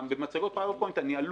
במצגות "פאוור פוינט" אני אלוף.